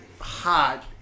hot